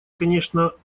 конечно